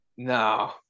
No